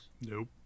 Nope